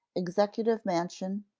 executive mansion,